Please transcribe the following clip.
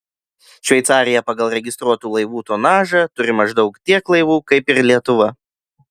šveicarija pagal registruotų laivų tonažą turi maždaug tiek laivų kaip ir lietuva